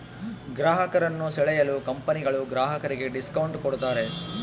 ಗ್ರಾಹಕರನ್ನು ಸೆಳೆಯಲು ಕಂಪನಿಗಳು ಗ್ರಾಹಕರಿಗೆ ಡಿಸ್ಕೌಂಟ್ ಕೂಡತಾರೆ